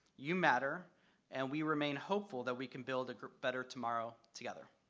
you matter and we remain hopeful, that we can build a better tomorrow, together.